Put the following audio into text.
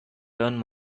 turn